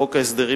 בחוק ההסדרים,